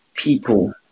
people